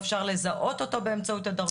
אפשר לזהות אותו באמצעות הדרכון.